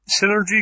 synergy